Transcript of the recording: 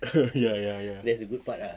ya ya ya